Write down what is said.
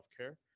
healthcare